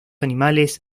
animales